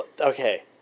Okay